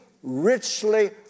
richly